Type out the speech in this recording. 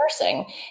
nursing